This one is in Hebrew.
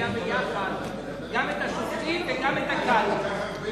מביאה ביחד גם את השופטים וגם את הקאדים.